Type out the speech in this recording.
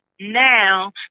now